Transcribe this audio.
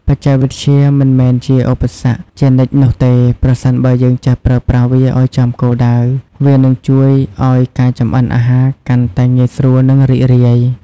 បច្ចេកវិទ្យាមិនមែនជាឧបសគ្គជានិច្ចនោះទេ ប្រសិនបើយើងចេះប្រើប្រាស់វាឱ្យចំគោលដៅ វានឹងជួយឱ្យការចម្អិនអាហារកាន់តែ ងាយស្រួល និងរីករាយ ។